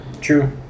true